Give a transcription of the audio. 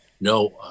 no